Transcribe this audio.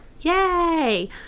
yay